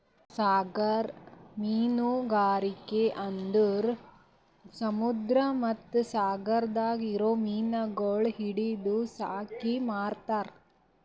ಸಾಗರ ಮೀನುಗಾರಿಕೆ ಅಂದುರ್ ಸಮುದ್ರ ಮತ್ತ ಸಾಗರದಾಗ್ ಇರೊ ಮೀನಗೊಳ್ ಹಿಡಿದು ಸಾಕಿ ಮಾರ್ತಾರ್